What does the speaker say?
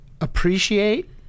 appreciate